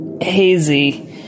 hazy